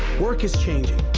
work is changing,